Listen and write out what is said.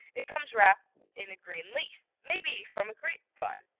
it comes wrapped in a green leaf, maybe from a grape vine,